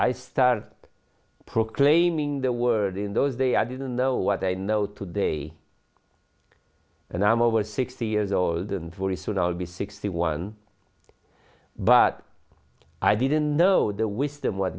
i started proclaiming the word in those day i didn't know what i know today and i'm over sixty years old and very soon i'll be sixty one but i didn't know the wisdom w